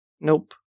Nope